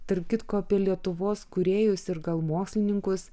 tarp kitko apie lietuvos kūrėjus ir gal mokslininkus